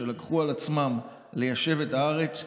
שלקחו על עצמם ליישב את הארץ.